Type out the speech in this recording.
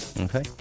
Okay